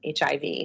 HIV